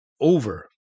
over